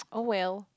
oh well